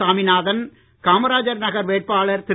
சாமிநாதன் காமராஜர் நகர் வேட்பாளர் திரு